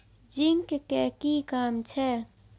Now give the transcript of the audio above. Zinc के कि काम छै?